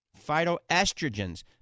phytoestrogens